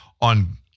on